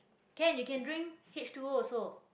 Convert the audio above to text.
can you can drink h-two-o also